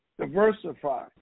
Diversify